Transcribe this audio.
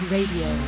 Radio